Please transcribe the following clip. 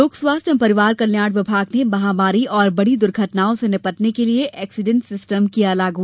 लोक स्वास्थ्य एवं परिवार कल्याण विभाग ने महामारी और बड़ी दुर्घटनाओं से निपटने के लिये एक्सीडेंट सिस्टम किया लागू